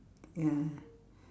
ya